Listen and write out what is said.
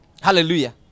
Hallelujah